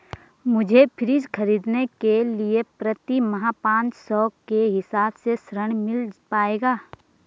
मुझे फ्रीज खरीदने के लिए प्रति माह पाँच सौ के हिसाब से ऋण मिल पाएगा?